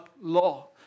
law